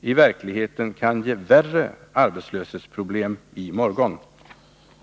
i verkligheten kan ge värre arbetslöshetsproblem i morgon.